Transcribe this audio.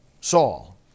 Saul